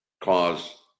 cause